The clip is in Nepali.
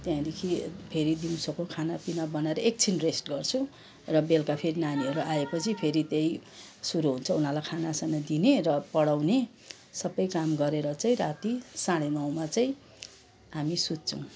त्यहाँदेखि फेरि दिउँसोको खानापिना बनाएर एकछिन रेस्ट गर्छु र बेल्का फेरि नानीहरू आएपछि फेरि त्यही सुरु हुन्छ उनीहरूलाई खानासाना दिने र पढाउने सबै काम गरेर चाहिँ राति साँढे नौमा चैँ हामी सुत्छौँ